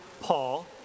Paul